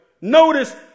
Notice